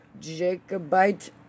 Jacobite